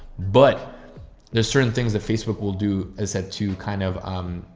but there's certain things that facebook will do is said to kind of, um,